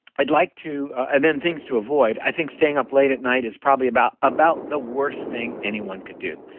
i'd like to. and then things to avoid, i think staying up late at night is probably about about the worst thing anyone could do.